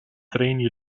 treni